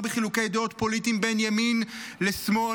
בחילוקי דעות פוליטיים בין ימין לשמאל,